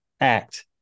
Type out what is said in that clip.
act